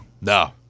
No